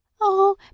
Oh